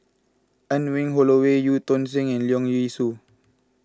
Anne Wong Holloway Eu Tong Sen and Leong Yee Soo